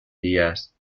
días